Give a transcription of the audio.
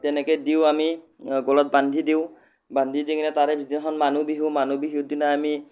তেনেকৈ দিওঁ আমি গলত বান্ধি দিওঁ বান্ধি দি কিনে তাৰে পিছদিনাখন মানুহ বিহু মানুহ বিহুৰ দিনা আমি